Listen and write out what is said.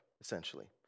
essentially